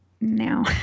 now